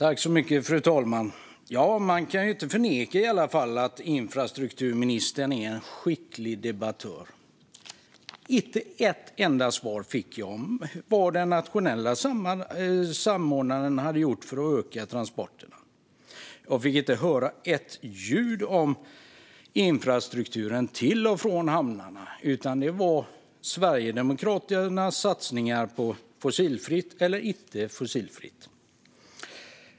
Fru talman! Man kan i alla fall inte förneka att infrastrukturministern är en skicklig debattör. Inte ett enda svar fick jag på vad den nationella samordnaren har gjort för att öka transporterna. Jag fick inte höra ett ljud om infrastrukturen till och från hamnarna, utan det handlade om Sverigedemokraternas satsningar på fossilfritt eller inte fossilfritt.